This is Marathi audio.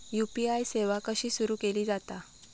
यू.पी.आय सेवा कशी सुरू केली जाता?